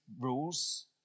rules